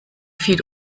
viel